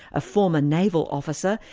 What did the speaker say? a former naval officer,